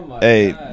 Hey